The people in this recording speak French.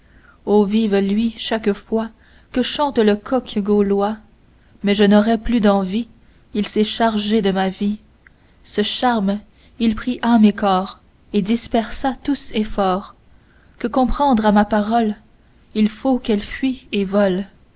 o vive lui chaque fois que chante le coq gaulois mais je n'aurais plus d'envie il s'est chargé de ma vie ce charme il prit âme et corps et dispersa tous efforts que comprendre à ma parole il faut qu'elle fuie et vole